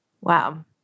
Wow